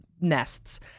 nests